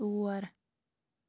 ژور